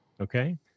okay